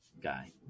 guy